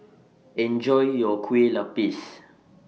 Enjoy your Kueh Lapis